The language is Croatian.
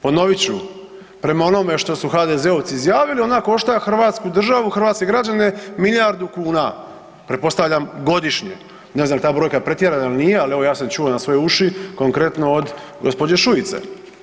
Ponovit ću, prema onome što su HDZ-ovci izjavili ona košta hrvatsku državu i hrvatske građane milijardu kuna, pretpostavljam godišnje, ne znam jel ta brojka pretjerana il nije, al evo ja sam čuo na svoje uši, konkretno od gđe. Šuice.